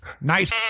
Nice